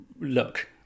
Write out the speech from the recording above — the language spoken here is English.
look